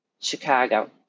Chicago